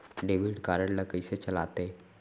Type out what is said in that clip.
Debit card ला कइसे चलाते?